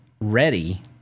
ready